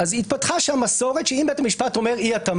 התפתחה שם מסורת כך שאם בית המשפט אומר אי-התאמה,